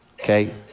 okay